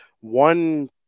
one